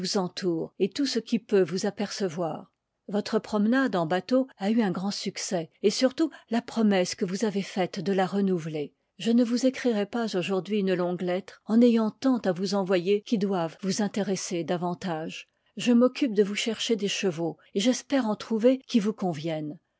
entoure et tout ce qui peut vous apercevoir votre promenade en bateau a eu un grand succès et surtout la promesse que vous avez faite de la renouveler je ne vous écrirai pas aujourd'hui une longue lettre en ayant tant à vous envoyer qui doivent vous intéresser davantage je m'occupe de vous chercher des chevaux et j'espcre en trouver qui vous conviennent